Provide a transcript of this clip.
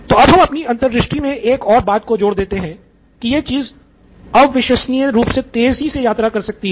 तो अब हम अपनी अंतर्दृष्टि मे एक और बात को जोड़ देते हैं कि यह चीज़ अविश्वसनीय रूप से तेजी से यात्रा कर सकती है